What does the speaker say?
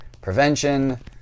Prevention